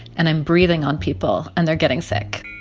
and i'm breathing on people, and they're getting sick.